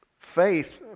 faith